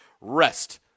rest